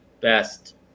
best